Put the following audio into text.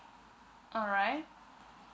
alright